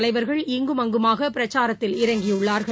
தலைவர்கள் இங்கும் அங்குமாக பிரச்சாரத்தில் இறங்கியுள்ளார்கள்